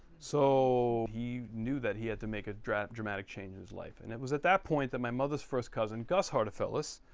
so he knew that he had to make a dramatic change his life and it was at that point that my mother's first cousin gus hartofelis